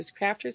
Crafters